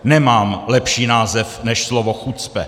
Nemám lepší název než slovo chucpe.